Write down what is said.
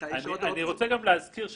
אני רוצה גם להזכיר,